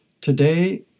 Today